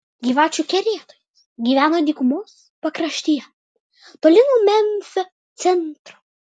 gyvačių kerėtojas gyveno dykumos pakraštyje toli nuo memfio centro